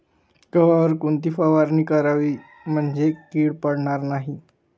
गव्हावर कोणती फवारणी करावी म्हणजे कीड पडणार नाही?